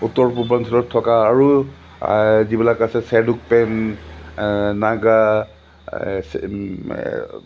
উত্তৰ পূৰ্বাঞ্চলত থকা আৰু যিবিলাক আছে চেদুক পেন নাগা